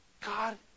God